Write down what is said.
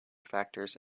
factors